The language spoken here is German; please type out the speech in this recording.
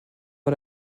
war